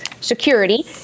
security